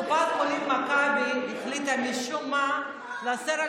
קופת חולים מכבי החליטה משום מה לאסור על